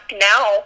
now